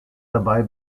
dabei